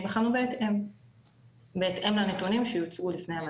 הן ייבחנו בהתאם לנתונים שיוצגו לפני המנכ"ל.